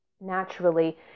naturally